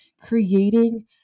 creating